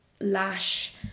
lash